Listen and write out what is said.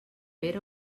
pere